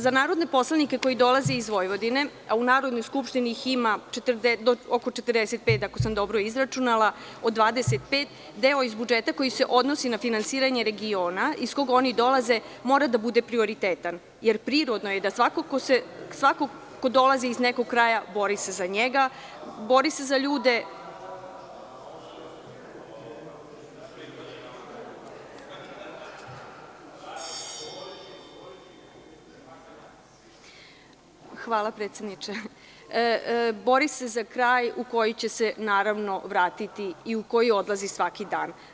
Za narodne poslanike koji dolaze iz Vojvodine, a u Narodnoj skupštini ih ima oko 45, ako sam dobro izračunala, deo iz budžeta koji se odnosi na finansiranje regiona iz koga oni dolaze mora da bude prioritetan, jer prirodno je da svako ko dolazi iz nekog kraja bori se za njega, bori se za ljude, bori se za kraj u koji će se vratiti i u koji odlazi svaki dan.